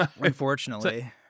Unfortunately